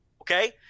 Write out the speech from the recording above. Okay